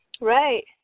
Right